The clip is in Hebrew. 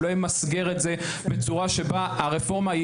שלא ימסגר את זה בצורה שבה הרפורמה היא,